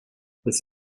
this